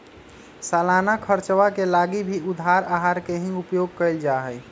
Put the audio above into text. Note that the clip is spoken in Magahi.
सालाना खर्चवा के लगी भी उधार आहर के ही उपयोग कइल जाहई